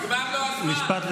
נגמר לו הזמן.